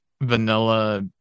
vanilla